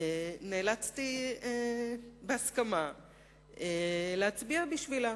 נאלצתי בהסכמה להצביע בשבילה.